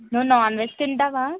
నువ్వు నాన్వెజ్ తింటావా